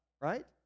right